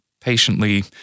patiently